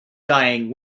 dying